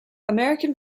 american